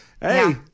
hey